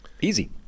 Easy